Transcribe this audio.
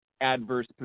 adverse